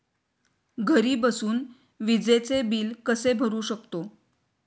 घरी बसून विजेचे बिल कसे भरू शकतो?